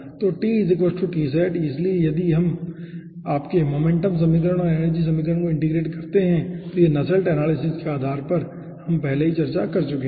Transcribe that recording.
तो इसलिए यदि अब हम आपके मोमेंटम समीकरण और एनर्जी समीकरण को इंटेग्रेट करते हैं तो ये नसेल्ट एनालिसिस के आधार पर हम पहले ही चर्चा कर चुके हैं